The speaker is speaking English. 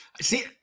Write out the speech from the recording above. See